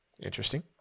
Interesting